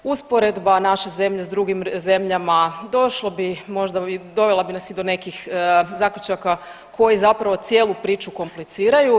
Usporedba naše zemlje s drugim zemljama došlo bi možda i dovela bi nas i do nekih zaključaka koji zapravo cijelu priču kompliciraju.